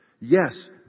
Yes